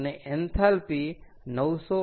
અને એન્થાલ્પી 908